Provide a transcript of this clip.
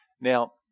Now